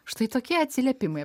štai tokie atsiliepimai